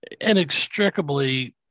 inextricably –